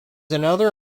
another